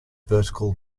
vertical